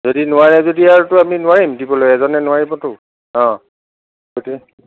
যদি নোৱাৰে যদি আৰুতো আমি নোৱাৰিম দিবলৈ এজনে নোৱাৰিবটো অ' গতিকে